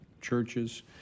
churches